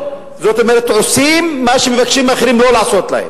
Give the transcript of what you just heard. זאת אומרת עושים מה שמבקשים מאחרים לא לעשות להם.